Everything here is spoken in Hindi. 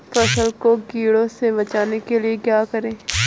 फसल को कीड़ों से बचाने के लिए क्या करें?